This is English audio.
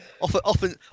Often